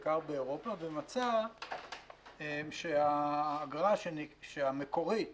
בעיקר באירופה ומצא שהאגרה המקורית